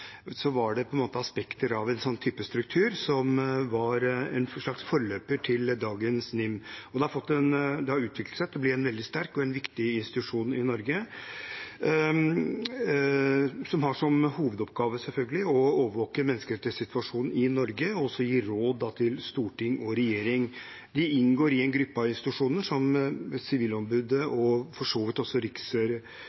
har utviklet seg til å bli en veldig sterk og viktig institusjon i Norge, som har som hovedoppgave å overvåke menneskerettighetssituasjonen i Norge og gi råd til storting og regjering. De inngår i en gruppe av institusjoner der Sivilombudet